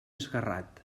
esguerrat